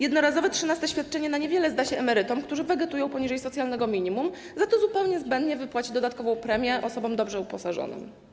Jednorazowe trzynaste świadczenie na niewiele zda się emerytom, którzy wegetują poniżej socjalnego minimum, za to zupełnie zbędnie wypłaci się dodatkową premię osobom dobrze uposażonym.